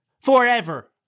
forever